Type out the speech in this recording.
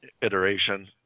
iteration